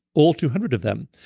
all two hundred of them.